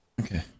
Okay